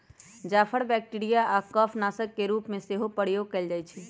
जाफर bacteria आऽ कफ नाशक के रूप में सेहो प्रयोग कएल जाइ छइ